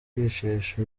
kwicisha